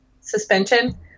suspension